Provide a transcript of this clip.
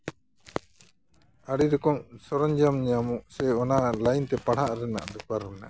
ᱟᱹᱰᱤ ᱨᱚᱠᱚᱢ ᱥᱚᱨᱚᱧᱡᱟ ᱧᱟᱢᱚᱜ ᱥᱮ ᱚᱱᱟ ᱞᱟᱭᱤᱱᱛᱮ ᱯᱟᱲᱦᱟᱜ ᱨᱮᱱᱟᱜ ᱵᱮᱯᱟᱨ ᱦᱚᱸ ᱢᱮᱱᱟᱜᱼᱟ